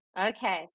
okay